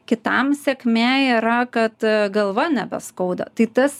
kitam sėkmė yra kad galva nebeskauda tai tas